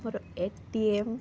ମୋର A T M